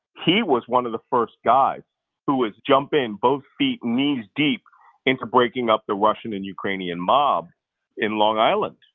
he was one of the first guys who was jumping both feet, knees-deep, into breaking up the russian and ukrainian mob in long island,